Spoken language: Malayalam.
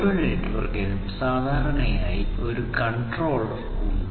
ഓരോ നെറ്റ്വർക്കിനും സാധാരണയായി ഒരു കൺട്രോളർ ഉണ്ട്